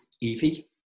Evie